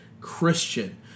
Christian